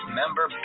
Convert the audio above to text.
member